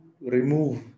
remove